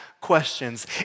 questions